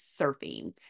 surfing